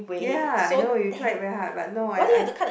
ya I know you tried very hard but no I I've